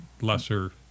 lesser